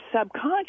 subconscious